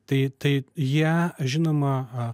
tai tai jie žinoma